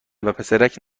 وپسرک